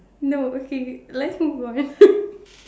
no okay let's move on